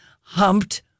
humped